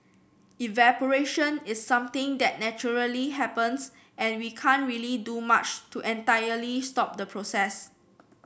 evaporation is something that naturally happens and we can't really do much to entirely stop the process